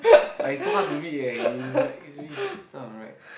like is so hard to read eh you write write